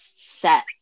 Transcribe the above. set